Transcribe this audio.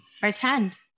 pretend